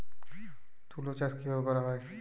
তুলো চাষ কিভাবে করা হয়?